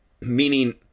meaning